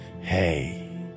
Hey